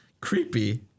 creepy